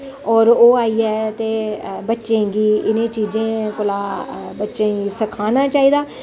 होर ओह् आइयै ते बच्चें गी इ'नें चीजें कोला बच्चे गी सखाना चाहिदा